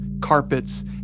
carpets